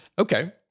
Okay